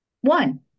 one